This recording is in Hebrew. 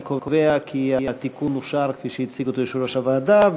אני קובע כי התיקון אושר כפי שהציג אותו יושב-ראש הוועדה.